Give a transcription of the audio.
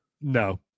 No